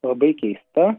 labai keista